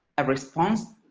a response.